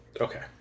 Okay